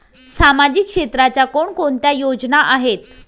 सामाजिक क्षेत्राच्या कोणकोणत्या योजना आहेत?